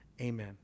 Amen